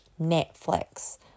Netflix